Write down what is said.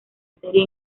serie